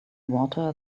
water